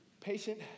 patient